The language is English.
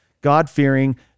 God-fearing